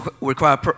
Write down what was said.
require